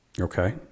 Okay